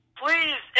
please